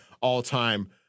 all-time